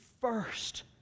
first